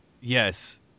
Yes